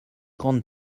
grandes